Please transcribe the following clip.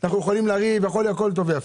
אנחנו יכולים לריב והכל טוב ויפה,